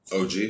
OG